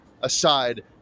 aside